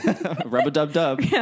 Rub-a-dub-dub